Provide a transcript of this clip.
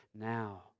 now